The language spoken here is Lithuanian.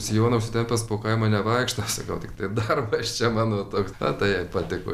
sijoną užsitempęs po kaimą nevaikštau sakau tiktai darbas čia mano toks na tai jai patiko